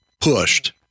pushed